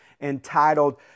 entitled